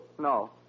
No